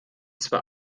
zwar